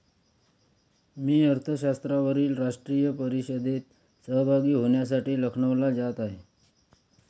मी अर्थशास्त्रावरील राष्ट्रीय परिषदेत सहभागी होण्यासाठी लखनौला जात आहे